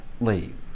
leave